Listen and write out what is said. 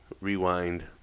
rewind